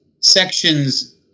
sections